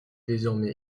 désormais